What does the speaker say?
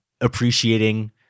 appreciating –